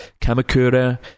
Kamakura